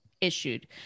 issued